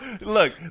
look